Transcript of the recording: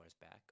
back